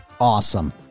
Awesome